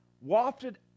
wafted